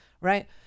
right